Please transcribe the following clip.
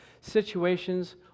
situations